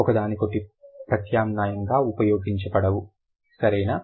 ఒకదానికొకటి ప్రత్యామ్నాయంగా ఉపయోగించబడవు సరేనా